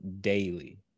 daily